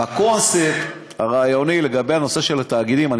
הקונספט הרעיוני לגבי הנושא של התאגידים,